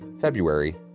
February